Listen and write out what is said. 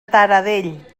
taradell